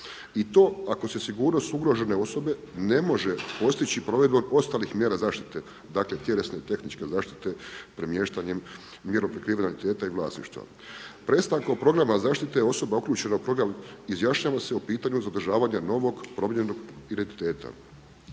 i to ako su sigurnost ugrožene osobe ne može postići provedbom ostalih mjera zaštite, dakle tjelesne, tehničke zaštite, premještanjem, … prikrivenog identiteta i vlasništva. Prestankom programa zaštite osobe uključene u program izjašnjava se o pitanju zadržavanja novog promijenjenog identiteta.